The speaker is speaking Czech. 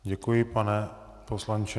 Děkuji, pane poslanče.